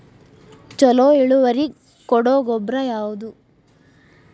ಛಲೋ ಇಳುವರಿ ಕೊಡೊ ಗೊಬ್ಬರ ಯಾವ್ದ್?